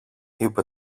είπε